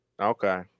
Okay